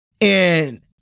And-